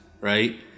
Right